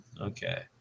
Okay